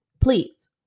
Please